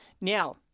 Now